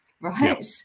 right